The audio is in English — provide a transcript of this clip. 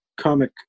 comic